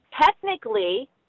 technically